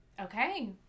Okay